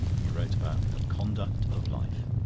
he wrote about the conduct of life.